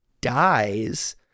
dies